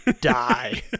die